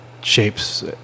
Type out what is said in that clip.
shapes